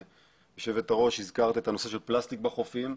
יושבת הראש, הזכרת את הנושא של פלסטיק בחופים,